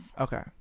Okay